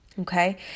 Okay